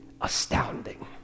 astounding